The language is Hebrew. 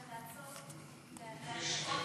נדמה לי שכספים.